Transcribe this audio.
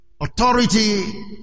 authority